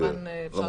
כמובן שהוא בתוקף,